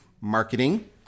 marketing